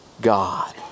God